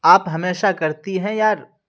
آپ ہمیشہ کرتی ہیں یار